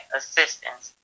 assistance